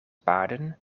paarden